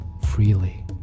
freely